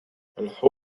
الحب